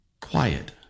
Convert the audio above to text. Quiet